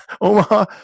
Omaha